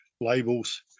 labels